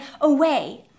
away